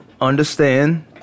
understand